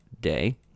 day